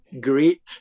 great